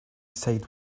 decide